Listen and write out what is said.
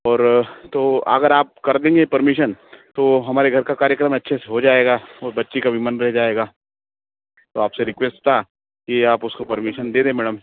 और अगर आप कर देंगे परमिशन तो हमारे घर का कार्यक्रम अच्छे से हो जाएगा और बच्ची का भी मन रह जाएगा तो आपसे रिक्वेस्ट था कि आप उसको परमिशन दे दें मैडम